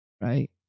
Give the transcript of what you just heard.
right